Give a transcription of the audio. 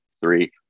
three